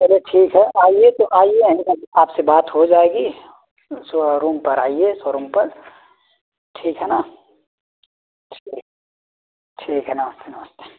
चलिए ठीक है आइए तो आइए एंड कर दे आप से बात हो जाएगी सोरुम पर आइए सोरुम पर ठीक है ना ठीक ठीक है नमस्ते नमस्ते